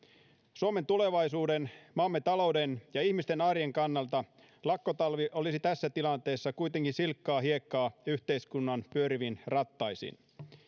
suomen tulevaisuuden maamme talouden ja ihmisten arjen kannalta lakkotalvi olisi tässä tilanteessa kuitenkin silkkaa hiekkaa yhteiskunnan pyöriviin rattaisiin